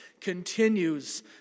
continues